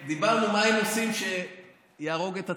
אמרנו מה הם עושים שיהרוג את עצמם.